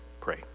pray